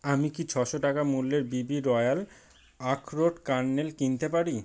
আমি কি ছশো টাকা মূল্যের বিবি রয়্যাল আখরোট কার্নেল কিনতে পারি